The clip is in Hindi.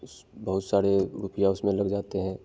उस बहुत सारे रुपया उसमें लग जाते हैं